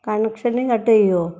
കണക്ഷനും കട്ട് ചെയ്യുമോ